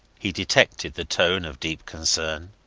he detected the tone of deep concern.